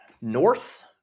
north